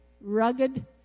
rugged